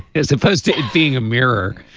as opposed to being a mirror